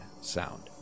sound